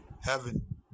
heaven